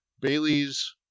Bailey's